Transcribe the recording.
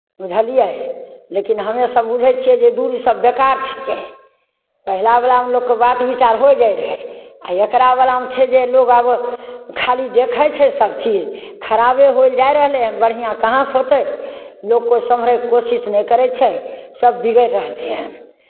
बुझलियै लेकिन हमेसभ बुझै छियै जे धुर इसभ बेकार छिकै पहिलावलामे लोककेँ बात विचार होय जाइत रहै आ एकरावलामे छै जे लोक आब खाली देखै छै सभचीज खराबे होयल जाइत रहलै हइ बढ़िआँ कहाँसँ होतै लोक कोइ सम्हरयके कोशिश नहि करै छै सभ बिगड़ि रहलै हन